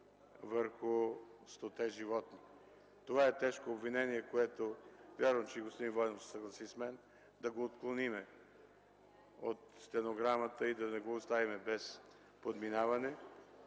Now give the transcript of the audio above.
върху стоте животни. Това е тежко обвинение, вярвам че и господин Войнов ще се съгласи с мен – да го отклоним от стенограмата и да го оставим без подминаване.